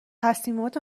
تصمیمات